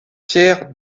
pierre